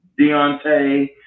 Deontay